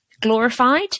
glorified